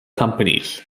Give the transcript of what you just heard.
companies